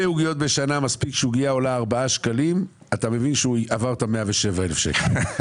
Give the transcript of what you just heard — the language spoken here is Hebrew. מספיק שעוגייה עולה ארבעה שקלים אתה מבין שהוא עבר את ה-107,000 שקל.